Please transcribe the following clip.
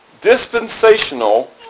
dispensational